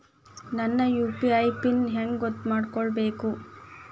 ನನ್ನ UPI pin ಹೆಂಗ್ ಗೊತ್ತ ಮಾಡ್ಕೋಬೇಕು?